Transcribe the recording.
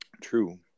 True